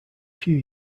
few